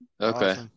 okay